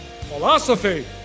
Philosophy